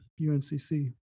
UNCC